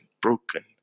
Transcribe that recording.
broken